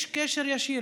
יש קשר ישיר,